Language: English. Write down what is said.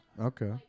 Okay